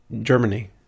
Germany